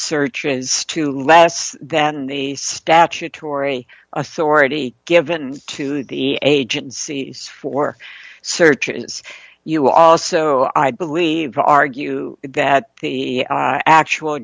searches to less than the statutory authority given to the agencies for searches you also i believe argue that the actual